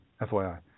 FYI